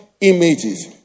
images